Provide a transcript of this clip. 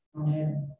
Amen